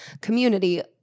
community